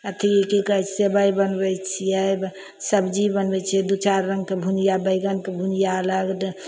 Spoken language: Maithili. अथी की कहय छै सेबइ बनबय छियै सब्जी बनबय छियै दू चारि रङ्गके भुजिया बैंगनके भुजिआ अलग